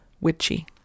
witchy